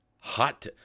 Hot